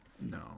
no